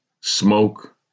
smoke